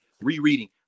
rereading